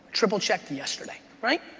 triple-checked yesterday, right?